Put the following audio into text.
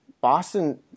Boston –